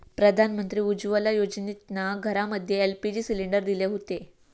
प्रधानमंत्री उज्ज्वला योजनेतना घरांमध्ये एल.पी.जी सिलेंडर दिले हुते